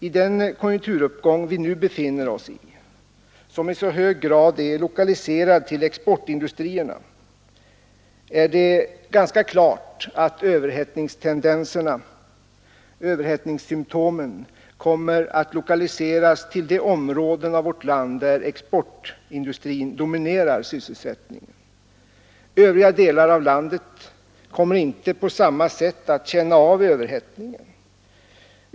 I den konjunkturuppgång som vi nu befinner oss i, som i så hög grad är lokaliserad till exportindustrierna, är det ganska klart att överhettningssymtomen kommer att lokaliseras till de områden av vårt land där exportindustrin dominerar sysselsättningen. Övriga delar av landet kommer inte på samma sätt att känna överhettningen.